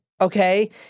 Okay